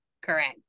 Correct